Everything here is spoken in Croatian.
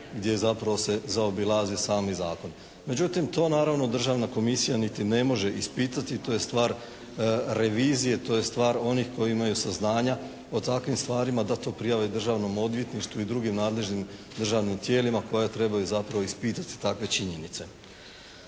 gdje zapravo se zaobilazi sami zakon. Međutim, to naravno Državna komisija niti ne može ispitati, to je stvar revizije, to je stvar onih koji imaju saznanja o takvim stvarima da to prijave Državnom odvjetništvu i drugim nadležnim državnim tijelima koja trebaju zapravo ispitati takve činjenice.